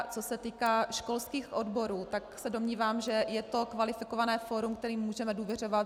A co se týká školských odborů, tak se domnívám, že je to kvalifikované fórum, kterému můžeme důvěřovat.